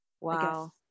Wow